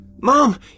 Mom